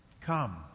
Come